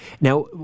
Now